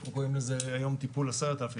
אנחנו קוראים לזה היום "טיפול 10,000",